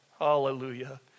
Hallelujah